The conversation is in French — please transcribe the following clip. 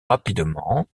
rapidement